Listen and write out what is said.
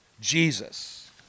Jesus